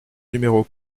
numéros